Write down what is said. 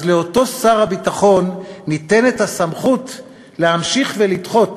לאותו שר הביטחון ניתנת הסמכות להמשיך ולדחות